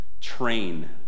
train